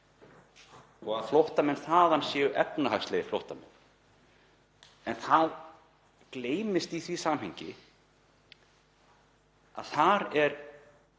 og að flóttamenn þaðan séu efnahagslegir flóttamenn. Það gleymist í því samhengi að þar er